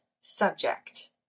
subject